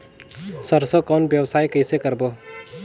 सरसो कौन व्यवसाय कइसे करबो?